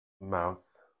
Mouse